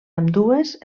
ambdues